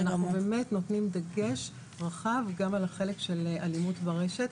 אנחנו באמת נותנים דגש רחב גם על החלק של אלימות ברשת,